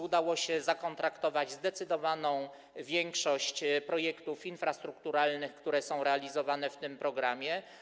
Udało się zakontraktować zdecydowaną większość projektów infrastrukturalnych, które są realizowane w tym programie.